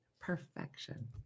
Perfection